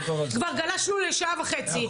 כבר גלשנו לשעה וחצי.